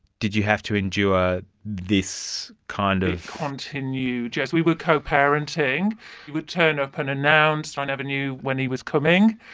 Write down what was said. did you have to endure this kind of? it continued, yes, we were co-parenting. he would turn up unannounced. i never knew when he was coming.